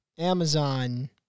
Amazon